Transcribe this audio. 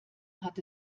hat